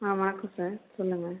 ஆ வணக்கம் சார் சொல்லுங்கள்